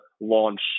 launch